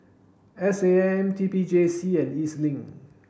S A M T P J C and E Z Link